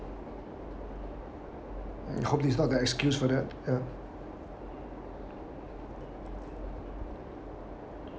hope this is not the excuse for that ya